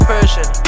Persian